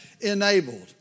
enabled